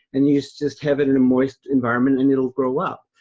and you just just have it in a moist environment. and it'll grow out,